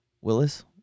Willis